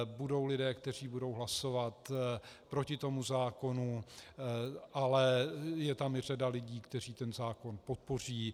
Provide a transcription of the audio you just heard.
Budou lidé, kteří budou hlasovat proti tomu zákonu, ale je tam i řada lidí, kteří ten zákon podpoří.